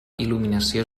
il·luminació